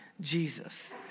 Jesus